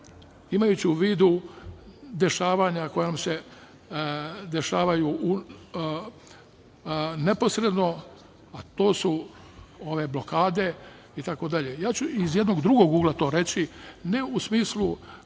imajući u vidu dešavanja koja nam se dešavaju neposredno, a to su ove blokade itd, ja ću iz jednog drugog ugla to reći, a ne u smislu